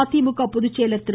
மதிமுக பொதுச்செயலர் திரு